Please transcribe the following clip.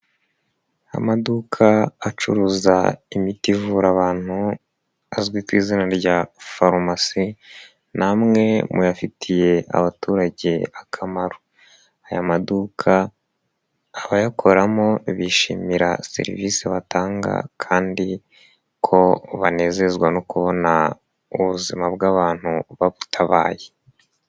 Amaduka acuruza imiti ivura abantu, azwi ku izina rya farumasi, ni amwe muyafitiye abaturage akamaro. Aya maduka abayakoramo bishimira serivisi batanga kandi ko banezezwa no kubona ubuzima bw'abantu babutabaye.